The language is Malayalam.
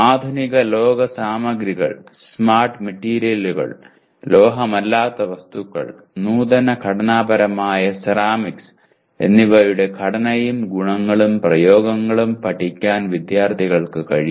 ആധുനിക ലോഹ സാമഗ്രികൾ സ്മാർട്ട് മെറ്റീരിയലുകൾ ലോഹമല്ലാത്ത വസ്തുക്കൾ നൂതന ഘടനാപരമായ സെറാമിക്സ് എന്നിവയുടെ ഘടനയും ഗുണങ്ങളും പ്രയോഗങ്ങളും പഠിക്കാൻ വിദ്യാർത്ഥികൾക്ക് കഴിയും